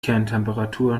kerntemperatur